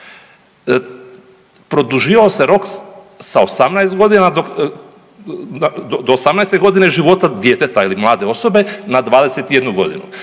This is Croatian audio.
Produživao se rok do 18. godine života djeteta ili mlade osobe, na 21 godinu